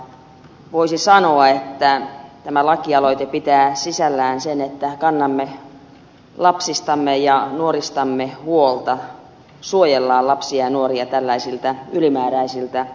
voisi sanoa että tämä lakialoite pitää sisällään sen että kannamme lapsistamme ja nuoristamme huolta suojelemme lapsia ja nuoria tällaisilta ylimääräisiltä juomilta